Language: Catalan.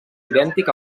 idèntic